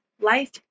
Life